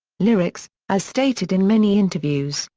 lyrics as stated in many interviews,